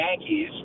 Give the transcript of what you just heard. Yankees